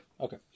Okay